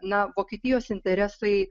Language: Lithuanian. na vokietijos interesai